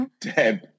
Deb